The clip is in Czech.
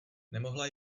nemohla